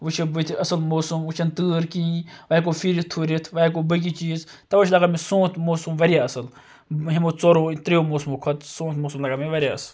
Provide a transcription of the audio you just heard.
وَ چھِ بٕتھِ اصل موسَم وَ چھَنہٕ تۭر کِہیٖنۍ وَہیٚکو پھیٖرِتھ تھوٗرِتھ وَ ہیٚکو باقٕے چیٖز تَوے چھُ لَگان مےٚ سونت موسَم واریاہ اصل یِمو ژورو ترٛیٚیو موسمو کھۄتہٕ سونت موسَم لَگان مےٚ واریاہ اصل